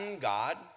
God